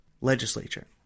legislature